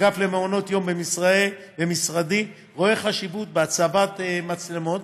האגף למעונות יום במשרדי רואה חשיבות בהצבת מצלמות,